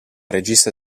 regista